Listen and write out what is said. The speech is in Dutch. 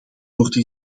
worden